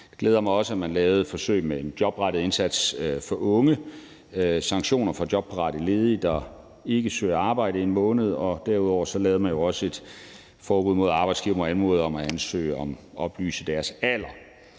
Det glæder mig også, at man lavede forsøg med en jobrettet indsats for unge og sanktioner for jobparate ledige, der ikke søger arbejde i en måned, og derudover lavede man et forbud mod, at arbejdsgivere må anmode ansøgere om at oplyse deres alder.